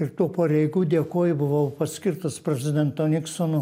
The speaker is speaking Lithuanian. ir tų pareigų dėkoj buvau paskirtas prezidento niksono